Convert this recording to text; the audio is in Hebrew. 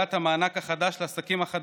לקבלת המענק החדש לעסקים החדשים,